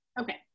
Okay